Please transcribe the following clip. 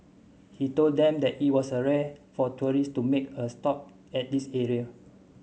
he told them that it was rare for tourist to make a stop at this area